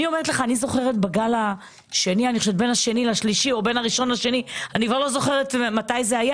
אני זוכרת שבין הגל הראשון לגל השני של הקורונה נתנו כסף.